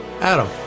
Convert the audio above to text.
Adam